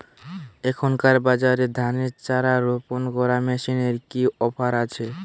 এখনকার বাজারে ধানের চারা রোপন করা মেশিনের কি অফার আছে?